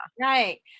Right